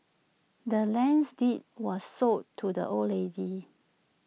the land's deed was sold to the old lady